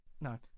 No